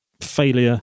failure